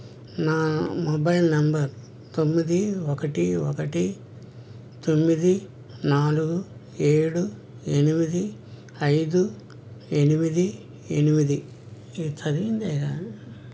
నా mobile number తొమ్మిది ఒకటి ఒకటి తొమ్మిది నాలుగు ఏడు ఎనిమిది ఐదు ఎనిమిది ఎనిమిది ఇది చదివింది కదా